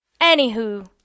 Anywho